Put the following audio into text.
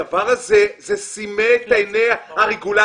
הדבר הזה סימא את עיני הרגולטורים